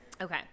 Okay